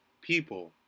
people